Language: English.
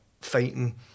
fighting